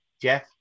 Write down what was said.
Jeff